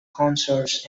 concerts